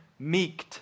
meeked